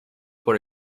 por